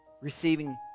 Receiving